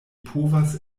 povas